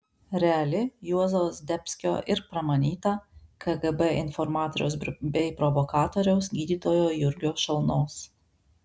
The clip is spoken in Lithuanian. reali juozo zdebskio ir pramanyta kgb informatoriaus bei provokatoriaus gydytojo jurgio šalnos